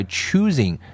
choosing